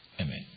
Amen